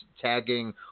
tagging